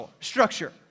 structure